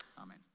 Amen